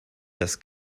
das